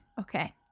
Okay